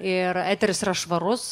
ir eteris yra švarus